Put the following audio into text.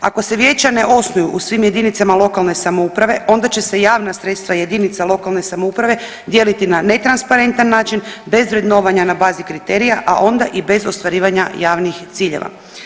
Ako se vijeća ne osnuju u svim jedinicama lokalne samouprave, onda će se javna sredstva jedinica lokalne samouprave dijeliti na netransparentan način bez vrednovanja na bazi kriterija, a onda i bez ostvarivanja javnih ciljeva.